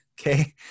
Okay